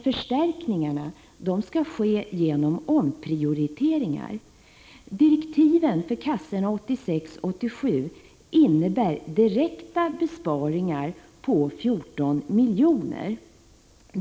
Förstärkningarna skall ske genom omprioriteringar. Direktiven för kassorna för 1986 och 1987 innebär direkta besparingar på 14 milj.kr.